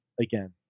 again